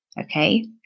Okay